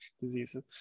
diseases